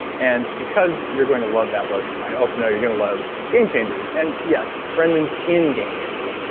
and because you're going to love that book, i also know you're going to love gamechangers. and yes, brendon's in gamechangers,